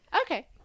okay